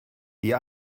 die